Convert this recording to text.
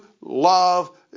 love